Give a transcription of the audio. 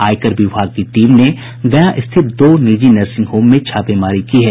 आयकर विभाग की टीम ने गया स्थित दो निजी नर्सिंग होम में छापेमारी की है